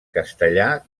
castellà